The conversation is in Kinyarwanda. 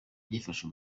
byifashe